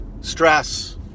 stress